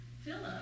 philip